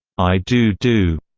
i do do,